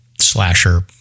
slasher